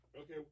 Okay